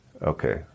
Okay